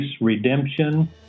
redemption